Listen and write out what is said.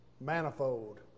manifold